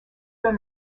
dans